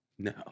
No